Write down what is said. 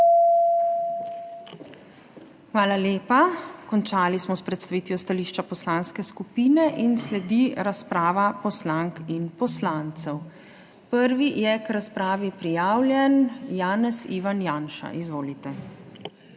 Hvala lepa. Končali smo s predstavitvijo stališča poslanske skupine in sledi razprava poslank in poslancev. Prvi je k razpravi prijavljen Janez Ivan Janša. Izvolite.